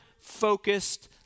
focused